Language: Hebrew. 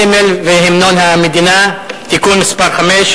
הסמל והמנון המדינה (תיקון מס' 5),